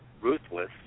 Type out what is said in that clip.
ruthless